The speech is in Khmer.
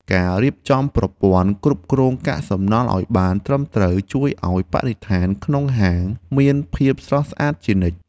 ការរៀបចំប្រព័ន្ធគ្រប់គ្រងកាកសំណល់ឱ្យបានត្រឹមត្រូវជួយឱ្យបរិស្ថានក្នុងហាងមានភាពស្រស់ស្រាយជានិច្ច។